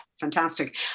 fantastic